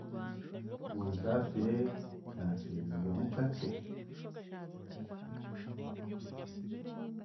Munsasire, naakyerererwamu kakye.